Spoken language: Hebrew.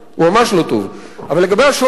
אבל לגבי השוהים האלה,